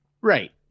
right